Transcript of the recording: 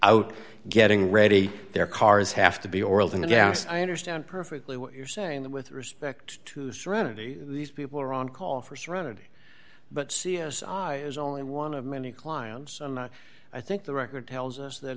out getting ready their cars have to be orld and yes i understand perfectly what you're saying that with respect to serenity these people are on call for serenity but c s i is only one of many clients and i think the record tells us that